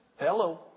Hello